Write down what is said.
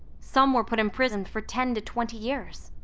some were put in prison for ten to twenty years,